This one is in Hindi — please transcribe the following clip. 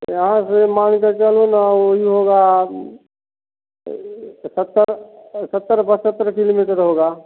यहाँ से मान कर चलो ना वही होगा सत्तर सत्तर पचहत्तर किलोमीटर होगा